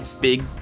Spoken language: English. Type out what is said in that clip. big